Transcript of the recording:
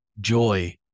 Joy